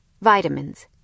Vitamins